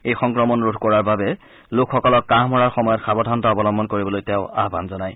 এই সংক্ৰমণ ৰোধ কৰাৰ বাবে লোকসকলক কাহ মৰাৰ সময়ত সাৱধানতা অৱলম্বন কৰিবলৈ তেওঁ আহান জনায়